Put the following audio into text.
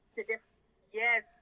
Yes